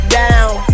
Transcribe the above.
down